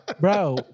bro